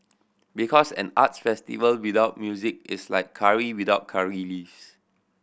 because an arts festival without music is like curry without curry leaves